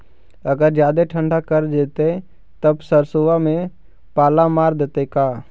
अगर जादे ठंडा कर देतै तब सरसों में पाला मार देतै का?